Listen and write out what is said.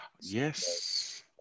Yes